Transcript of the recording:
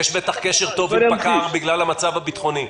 יש בטח קשר טוב עם פקע"ר בגלל המצב הביטחוני.